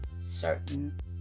certain